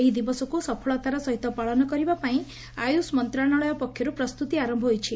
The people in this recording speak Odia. ଏହି ଦିବସକୁ ସଫଳତାର ସହିତ ପାଳନ କରିବା ପାଇଁ ଆୟୁଷ ମନ୍ତଶାଳୟ ପକ୍ଷରୁ ପ୍ରସ୍ତୁତି ଆରମ୍ ହୋଇଛି